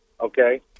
Okay